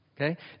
Okay